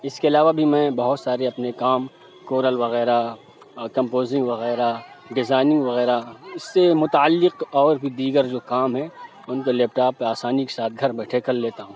اس کے علاوہ بھی میں بہت سارے اپنے کام کورل وغیرہ اور کمپوزنگ وغیرہ ڈیزائننگ وغیرہ اس سے متعلق اور بھی دیگر جو کام ہیں ان کو لیپ ٹاپ پہ آسانی کے ساتھ گھر بیٹھے کر لیتا ہوں